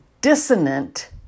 dissonant